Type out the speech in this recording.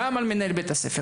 גם על מנהל בית הספר,